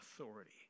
authority